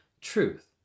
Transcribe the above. truth